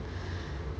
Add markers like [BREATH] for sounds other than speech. [BREATH]